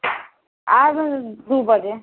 आयब दू बजे